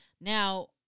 Now